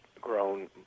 grown